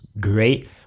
great